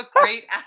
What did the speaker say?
great